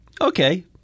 Okay